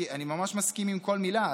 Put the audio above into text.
כי אני ממש מסכים לכל מילה,